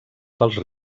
pels